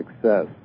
success